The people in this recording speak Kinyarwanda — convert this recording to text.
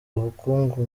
ubukungu